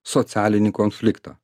socialinį konfliktą